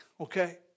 okay